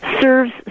serves